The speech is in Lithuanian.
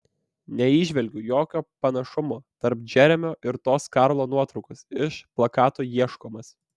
neįžvelgiu jokio panašumo tarp džeremio ir tos karlo nuotraukos iš plakato ieškomas